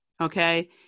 okay